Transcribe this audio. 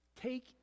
Take